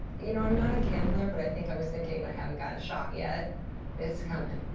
you know, i'm not a gambler, but i think i was thinking, i haven't gotten shocked yet it's coming.